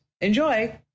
Enjoy